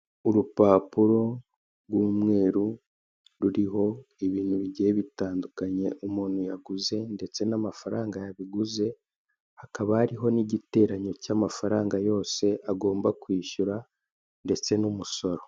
Urupapuro rw'umweru ruriho ibintu bigiye bitandukanye umuntu yaguze ndetse n'amafaranga yabiguze hakaba hariho ni giteranyo cy'amafaranga yose agomba kwishyura ndetse n'umusoro.